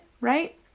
Right